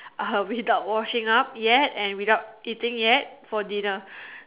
uh without washing up yet and without eating yet for dinner